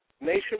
nation